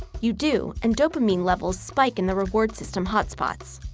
you do, and dopamine levels spike in the reward system hot spots.